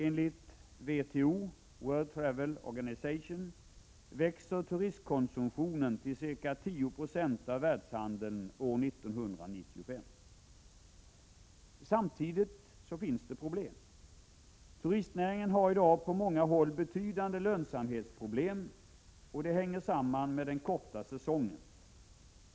Enligt WTO växer turistkonsumtionen till ca 10 26 av världshandeln år 1995. Samtidigt finns det problem. Turistnäringen har i dag på många håll betydande lönsamhetsproblem, och detta hänger samman med den korta säsongen.